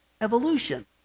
evolution